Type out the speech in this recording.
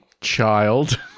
child